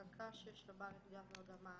הקש ששבר את גב הגמל,